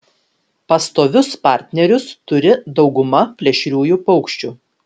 pastovius partnerius turi dauguma plėšriųjų paukščių